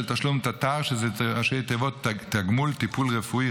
של תשלום תט"ר ראשי תיבות: תגמול טיפול רפואי,